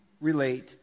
relate